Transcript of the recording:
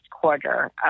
quarter